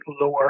lower